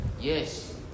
yes